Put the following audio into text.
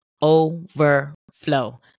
overflow